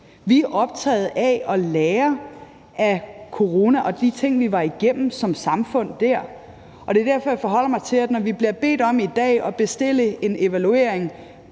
er optaget af at lære af corona og de ting, vi var igennem som samfund dér, og det er derfor, jeg forholder mig til, at når vi bliver bedt om i dag at bestille en evaluering